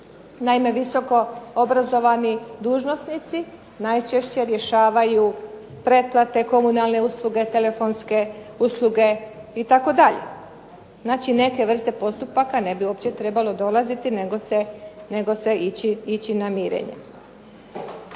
Naime, visokoobrazovani dužnosnici najčešće rješavaju pretplate komunalne usluge, telefonske usluge itd. znači neke vrste postupaka ne bi uopće trebalo dolaziti nego se ići na mirenja.